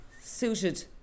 suited